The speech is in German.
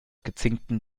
gezinkten